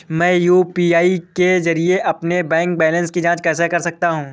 मैं यू.पी.आई के जरिए अपने बैंक बैलेंस की जाँच कैसे कर सकता हूँ?